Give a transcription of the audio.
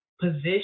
position